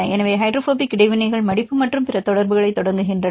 எனவே ஹைட்ரோபோபிக் இடைவினைகள் மடிப்பு மற்றும் பிற தொடர்புகளைத் தொடங்குகின்றன